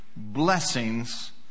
blessings